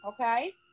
okay